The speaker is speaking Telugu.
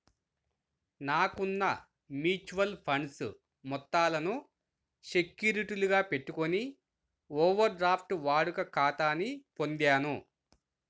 నాకున్న మ్యూచువల్ ఫండ్స్ మొత్తాలను సెక్యూరిటీలుగా పెట్టుకొని ఓవర్ డ్రాఫ్ట్ వాడుక ఖాతాని పొందాను